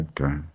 Okay